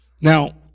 Now